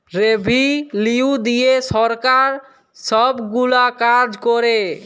revenue দিঁয়ে সরকার ছব গুলা কাজ ক্যরে